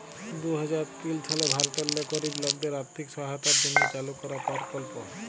দু হাজার তিল সালে ভারতেল্লে গরিব লকদের আথ্থিক সহায়তার জ্যনহে চালু করা পরকল্প